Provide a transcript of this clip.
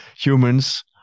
humans